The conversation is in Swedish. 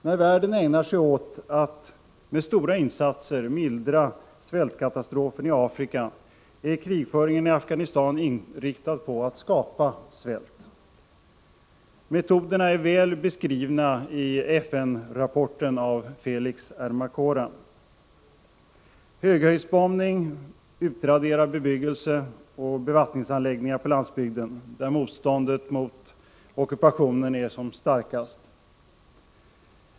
Medan världen ägnar sig åt att med stora insatser mildra svältkatastrofen i Afrika är krigföringen i Afghanistan inriktad på att skapa svält. Metoderna är väl beskrivna i FN-rapporten av Felix Ermacora. Höghöjdsbombning utraderar bebyggelse och bevattningsanläggningar på landsbygden, där motståndet mot ockupationen är starkast.